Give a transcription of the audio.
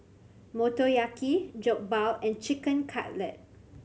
Motoyaki Jokbal and Chicken Cutlet